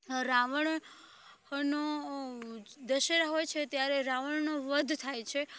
રાવણ નો દશેરા હોય છે ત્યારે રાવણનું વધ થાય છે